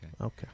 okay